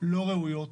לא ראויות,